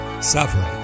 suffering